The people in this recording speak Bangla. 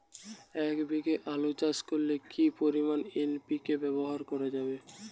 এক বিঘে আলু চাষ করলে কি পরিমাণ এন.পি.কে ব্যবহার করা যাবে?